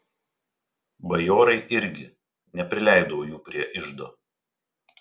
bajorai irgi neprileidau jų prie iždo